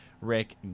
Rick